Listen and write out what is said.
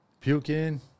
puking